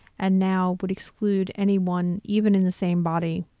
and now would exclude anyone even in the same body,